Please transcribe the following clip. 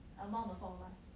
among the four of us